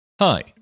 Hi